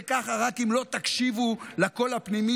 זה ככה רק אם לא תקשיבו לקול הפנימי